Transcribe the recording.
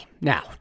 now